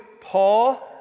Paul